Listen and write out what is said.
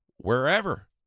wherever